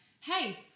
Hey